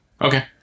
Okay